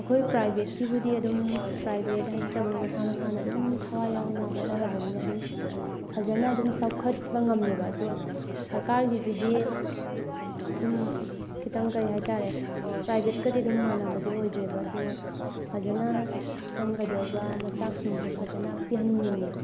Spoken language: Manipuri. ꯑꯩꯈꯣꯏ ꯄ꯭ꯔꯥꯏꯚꯦꯠꯀꯤꯕꯨꯗꯤ ꯑꯗꯨꯝ ꯄ꯭ꯔꯥꯏꯚꯦꯠ ꯍꯥꯏꯁꯤꯗꯕꯨ ꯃꯁꯥ ꯃꯁꯥꯅ ꯑꯗꯨꯝ ꯊꯋꯥꯏ ꯌꯥꯎꯅ ꯍꯣꯠꯅꯔꯕꯅꯤꯅ ꯑꯗꯨꯝ ꯐꯖꯅ ꯑꯗꯨꯝ ꯆꯥꯎꯈꯠꯄ ꯉꯝꯃꯦꯕ ꯑꯗꯣ ꯁꯔꯀꯥꯔꯒꯤꯁꯤꯗꯤ ꯑꯗꯨꯝ ꯈꯤꯇꯪ ꯀꯩ ꯍꯥꯏꯇꯥꯔꯦ ꯄ꯭ꯔꯥꯏꯚꯦꯠꯀꯗꯤ ꯑꯗꯨꯝ ꯃꯥꯟꯅꯕꯗꯤ ꯑꯣꯏꯗ꯭ꯔꯦꯕ ꯑꯗꯣ ꯐꯖꯅ ꯆꯪꯒꯗꯧꯔꯤꯕ ꯃꯆꯥꯛꯁꯤꯡꯁꯦ ꯐꯖꯅ ꯄꯤꯍꯟꯅꯤꯡꯉꯦ